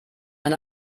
eine